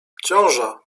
ciąża